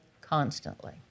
constantly